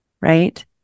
Right